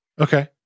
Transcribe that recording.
Okay